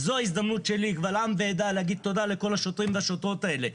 זו ההזדמנות שלי קבל עם ועדה להגיד תודה לכל השוטרים והשוטרות האלה.